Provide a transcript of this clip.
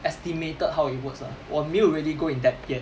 estimated how it works lah 我没有 really go in depth yet